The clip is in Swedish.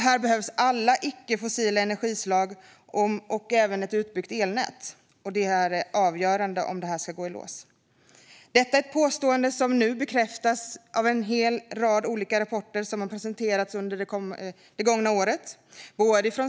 Här behövs alla icke-fossila energislag, och även ett utbyggt elnät är avgörande om detta ska gå i lås. Detta är ett påstående som bekräftas av en rad olika rapporter som har presenterats under det gångna året.